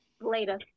Later